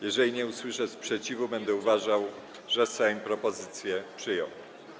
Jeżeli nie usłyszę sprzeciwu, będę uważał, że Sejm propozycję przyjął.